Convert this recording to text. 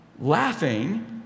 laughing